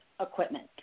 equipment